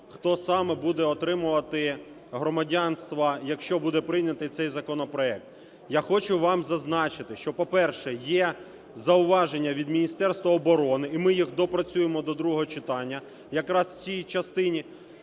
хто саме буде отримувати громадянство, якщо буде прийнятий цей законопроект? Я хочу вам зазначити, що, по-перше, є зауваження від Міністерства оборони, і ми їх доопрацюємо до другого читання якраз в цій частині.